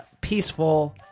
peaceful